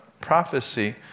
prophecy